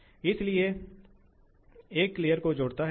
तो अब हम फिर से जल्दी से आगे बढ़ते हैं